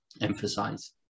emphasize